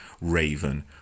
Raven